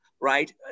Right